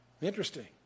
Interesting